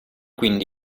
quindi